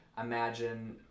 Imagine